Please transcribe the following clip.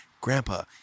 grandpa